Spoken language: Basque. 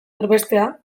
erbestea